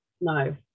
no